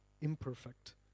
imperfect